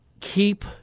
keep